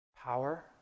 Power